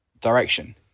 direction